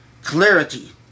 clarity